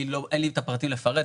אין לי את הפרטים לפרט,